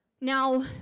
Now